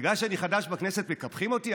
בגלל שאני חדש בכנסת מקפחים אותי?